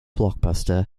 blockbuster